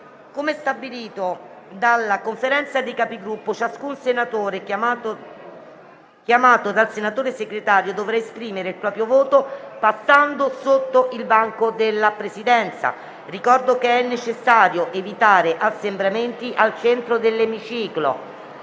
Come stabilito dalla Conferenza dei Capigruppo, ciascun senatore chiamato dal senatore Segretario dovrà esprimere il proprio voto passando innanzi al banco della Presidenza. Ricordo che è necessario evitare assembramenti al centro dell'emiciclo